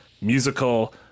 musical